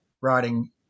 writing –